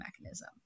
mechanism